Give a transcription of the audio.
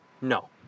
No